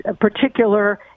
particular